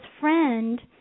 friend